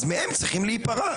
אז מהם צריכים להיפרע.